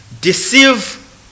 deceive